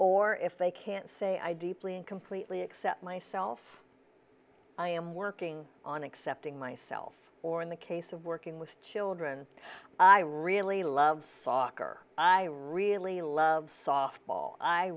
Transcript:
or if they can't say i deeply and completely accept myself i am working on accepting myself or in the case of working with children i really love soccer i really love softball i